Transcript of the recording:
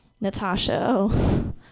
Natasha